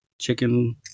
chicken